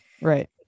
Right